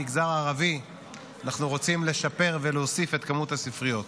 גם במגזר הערבי אנחנו רוצים לשפר ולהוסיף את כמות הספריות.